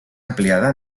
ampliada